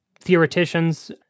theoreticians